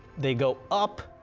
they go up,